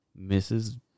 Mrs